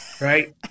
right